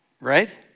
right